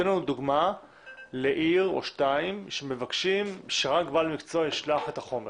תן לנו דוגמה לעיר או שתיים שמבקשות שרק בעל מקצוע ישלח את החומר